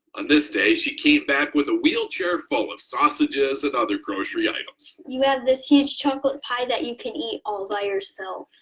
on this day she came back with a wheelchair full of sausages and other grocery items. you have this huge chocolate pie that you can eat all by yourself.